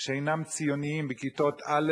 שאינם ציונים בכיתות א',